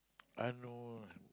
I know